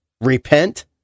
Repent